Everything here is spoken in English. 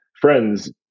friends